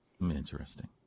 Interesting